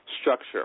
structure